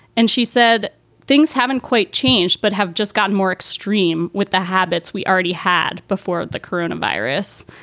and she said things haven't quite changed, but have just gotten more extreme with the habits we already had before the current virus.